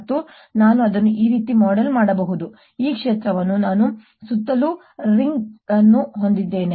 ಮತ್ತು ನಾನು ಅದನ್ನು ಈ ರೀತಿ ಮಾಡೆಲ್ ಮಾಡಬಹುದು ಈ ಕ್ಷೇತ್ರದಲ್ಲಿ ನಾನು ಸುತ್ತಲೂ ಉಂಗುರವನ್ನು ಹೊಂದಿದ್ದೇನೆ